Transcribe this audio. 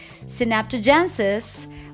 synaptogenesis